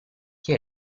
chi